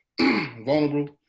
vulnerable